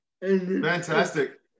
Fantastic